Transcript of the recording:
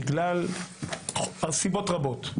בגלל סיבות רבות,